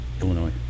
Illinois